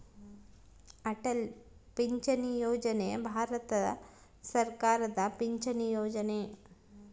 ಅಟಲ್ ಪಿಂಚಣಿ ಯೋಜನೆ ಭಾರತ ಸರ್ಕಾರದ ಪಿಂಚಣಿ ಯೊಜನೆ